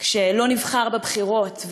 כשלא נבחר בבחירות,